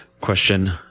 Question